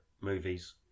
movies